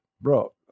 bro